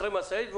אחרי משאית,